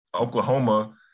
Oklahoma